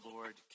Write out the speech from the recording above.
Lord